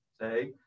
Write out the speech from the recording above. say